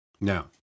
Now